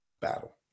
battle